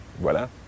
Voilà